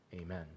amen